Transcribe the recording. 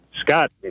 Scott